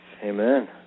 Amen